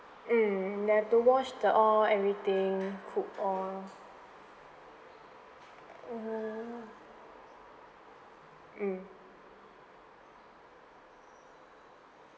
mm and have to wash the all everything cook all mm mm